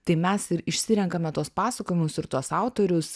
tai mes ir išsirenkame tuos pasakojimus ir tuos autorius